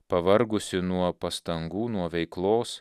pavargusi nuo pastangų nuo veiklos